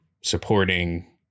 supporting